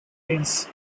teens